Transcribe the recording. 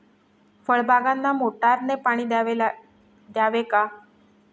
फळबागांना मोटारने पाणी द्यावे का?